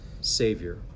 savior